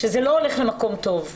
שזה לא הולך למקום טוב,